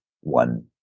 one